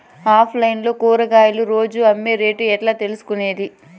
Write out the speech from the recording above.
Online లో కూరగాయలు రోజు అమ్మే రేటు ఎట్లా తెలుసుకొనేది?